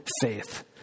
faith